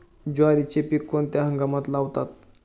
ज्वारीचे पीक कोणत्या हंगामात लावतात?